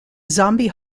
zombie